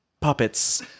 puppets